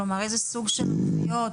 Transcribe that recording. כלומר איזה סוג של פניות,